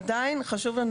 עדיין חשוב לנו